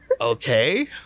okay